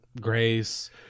Grace